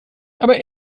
aber